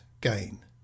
gain